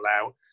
allow